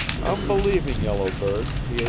i'm believing yellow bird, pied-bot.